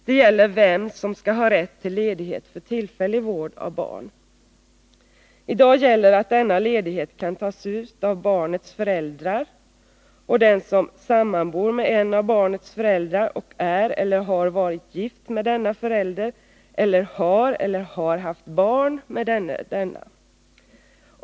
Det gäller vem som skall ha rätt till ledighet för tillfällig vård av barn. I dag gäller att denna ledighet kan tas ut av barnets föräldrar och den som sammanbor med en av barnets föräldrar och är eller har varit gift med denna förälder eller har eller har haft barn med denne/denna.